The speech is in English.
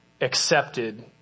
accepted